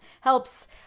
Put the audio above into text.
helps